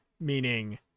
meaning